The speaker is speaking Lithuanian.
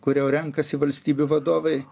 kur jau renkasi valstybių vadovai